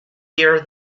year